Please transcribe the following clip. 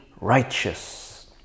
righteous